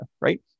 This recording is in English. right